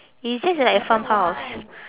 it is just like a farmhouse